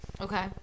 Okay